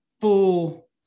full